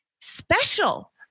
special